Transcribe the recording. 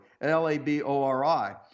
L-A-B-O-R-I